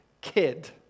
kid